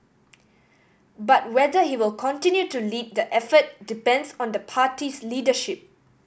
but whether he will continue to lead the effort depends on the party's leadership